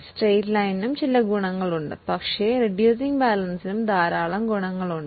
അതിനു ചില ഗുണങ്ങളുണ്ട് പക്ഷേ റെഡ്യൂസിങ്ങ് ബാലൻസിനു ധാരാളം ഗുണങ്ങളുണ്ട്